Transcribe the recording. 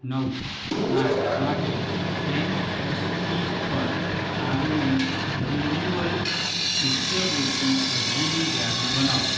નવ આઠ માટે એનએસપી પર આવેલી રિન્યુઅલ શિષ્યવૃત્તિ અરજીની યાદી બનાવો